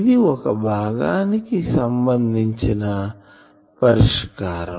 ఇది ఒక భాగానికి సంబంధించిన పరిష్కారం